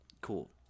cool